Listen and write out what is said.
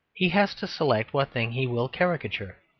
he has to select what thing he will caricature.